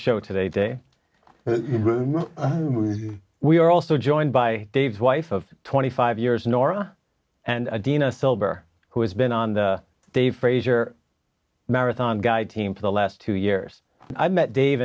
show today day we're also joined by dave's wife of twenty five years norah and dina silber who has been on the dave frasier marathon guide team for the last two years and i met dave